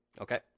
okay